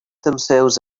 themselves